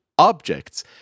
Objects